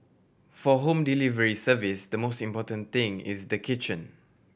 for home delivery service the most important thing is the kitchen